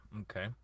Okay